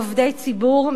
עובדי ציבור,